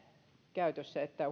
käytössä ja että